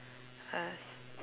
I ask